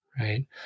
right